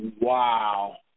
Wow